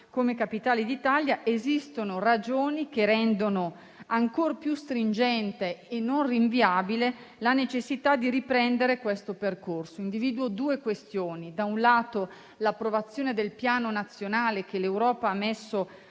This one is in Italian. come capitale d'Italia, esistono ragioni che rendono ancor più stringente e non rinviabile la necessità di riprendere questo percorso. Individuo due questioni: da un lato, l'approvazione del Piano nazionale che l'Europa ha messo